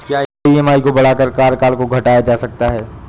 क्या ई.एम.आई को बढ़ाकर कार्यकाल को घटाया जा सकता है?